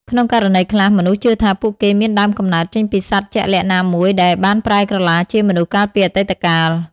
ក្នុងករណីខ្លះ មនុស្សជឿថាពួកគេមានដើមកំណើតចេញពីសត្វជាក់លាក់ណាមួយដែលបានប្រែក្រឡាជាមនុស្សកាលពីអតីតកាល។